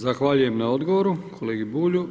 Zahvaljujem na odgovoru kolegi Bulju.